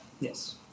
Yes